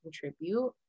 contribute